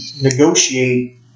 negotiate